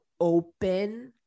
open